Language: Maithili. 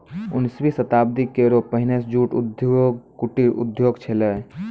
उन्नीसवीं शताब्दी केरो पहिने जूट उद्योग कुटीर उद्योग छेलय